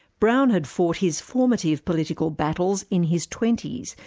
brown had fought his formative political battles in his twenty s,